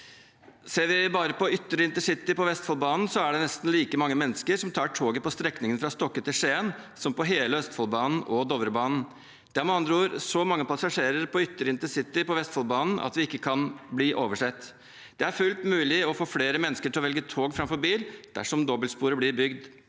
Ser vi bare på ytre intercity på Vestfoldbanen, er det nesten like mange mennesker som tar toget på strekningen fra Stokke til Skien, som på hele Østfoldbanen og Dovrebanen. Det er med andre ord så mange passasjerer på ytre intercity på Vestfoldbanen at vi ikke kan bli oversett. Det er fullt mulig å få flere mennesker til å velge tog framfor bil dersom dobbeltsporet blir bygd.